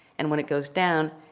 and when it goes down,